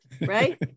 right